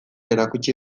erakutsi